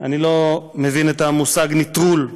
אני לא מבין את המושג נטרול.